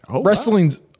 Wrestling's